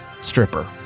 stripper